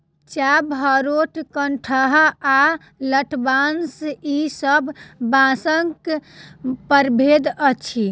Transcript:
चाभ, हरोथ, कंटहा आ लठबाँस ई सब बाँसक प्रभेद अछि